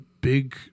big